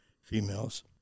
females